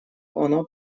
оно